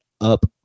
up